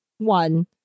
one